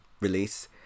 release